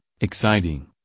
exciting